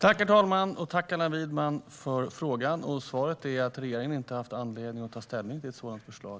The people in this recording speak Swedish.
Herr talman! Tack, Allan Widman, för frågan! Svaret är att regeringen ännu inte har haft anledning att ta ställning till ett sådant förslag.